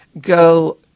go